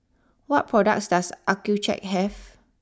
what products does Accucheck have